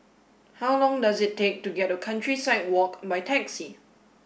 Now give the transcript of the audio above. how long does it take to get to Countryside Walk by taxi